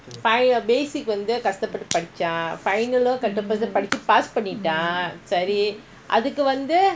basic வந்துகஷ்டபட்டுபடிச்சான்பைனலும்கஷ்டபட்டுபடிச்சுபாஸ்பண்ணிட்டான்சரிஅதுக்கு:vandhu kashta pattu padichaan finalum kashtapattu padichu pass pannitaan sari athukku